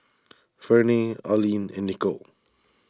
Ferne Alleen and Nicole